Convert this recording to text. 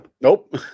Nope